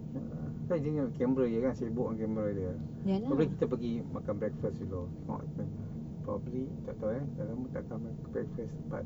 ah camera sibuk dengan camera dia probably kita pergi makan breakfast dulu tengok probably tak tahu eh dah lama tak makan breakfast but